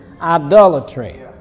idolatry